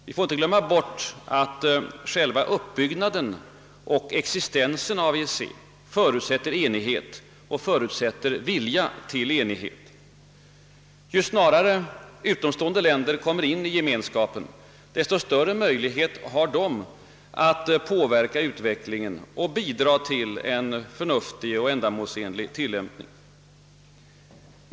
Vi får inte glömma att själva uppbyggnaden och existensen av EEC förutsätter enighet och vilja till enighet. Ju snarare utomstående länder kommer med i gemenskapen, desto större möjligheter får de att påverka utvecklingen och bidra till en förnuftig och ändamålsenlig tilllämpning av Romfördraget.